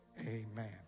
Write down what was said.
Amen